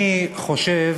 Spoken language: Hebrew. אני חושב